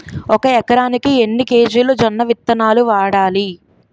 ఒక ఎకరానికి ఎన్ని కేజీలు జొన్నవిత్తనాలు వాడాలి?